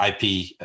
IP